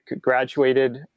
graduated